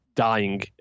dying